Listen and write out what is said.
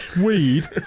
weed